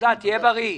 תהיה בריא.